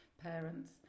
parents